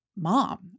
Mom